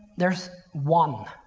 there's one.